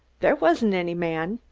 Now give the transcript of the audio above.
there wasn't any man.